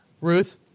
Ruth